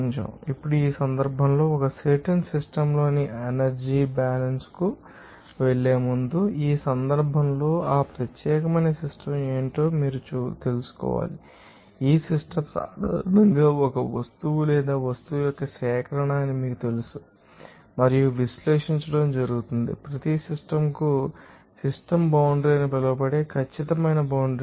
ఇప్పుడు ఈ సందర్భంలో ఒక సర్టెన్ సిస్టమ్ లోని ఎనర్జీ బ్యాలన్స్ కు వెళ్ళే ముందు ఈ సందర్భంలో ఆ ప్రత్యేక సిస్టమ్ ఏమిటో మీరు తెలుసుకోవాలి ఈ సిస్టమ్ సాధారణంగా ఒక వస్తువు లేదా వస్తువు యొక్క సేకరణ అని మీకు తెలుసు మరియు విశ్లేషించడం జరుగుతుంది ప్రతి సిస్టమ్ కు సిస్టమ్ బౌండ్రి అని పిలువబడే ఖచ్చితమైన బౌండ్రి ఉంటుంది